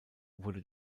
wurde